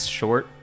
short